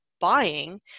buying